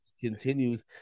Continues